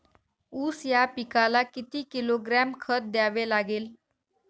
ऊस या पिकाला किती किलोग्रॅम खत द्यावे लागेल?